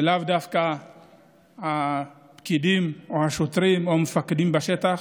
ולאו דווקא הפקידים או השוטרים או המפקדים בשטח.